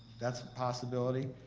that's a possibility.